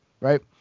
right